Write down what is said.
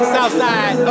Southside